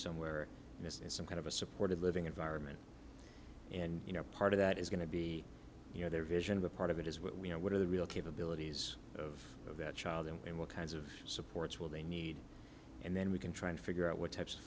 somewhere this is some kind of a supportive living environment and you know part of that is going to be you know their vision of a part of it is what we know what are the real capabilities of that child and what kinds of supports will they need and then we can try and figure out what types of